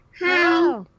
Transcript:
hi